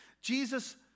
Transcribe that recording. Jesus